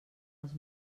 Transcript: els